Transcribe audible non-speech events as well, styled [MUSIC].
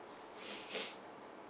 [BREATH]